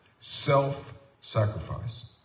self-sacrifice